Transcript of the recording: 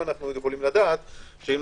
אם,